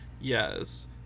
Yes